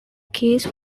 case